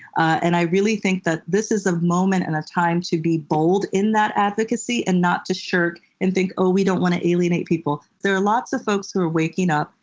and i really think that this is a moment and a time to be bold in that advocacy, and not to shirk and think, oh, we don't want to alienate people. there are lots of folks who are waking up.